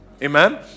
Amen